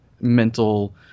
mental